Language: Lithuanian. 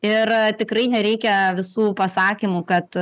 ir tikrai nereikia visų pasakymų kad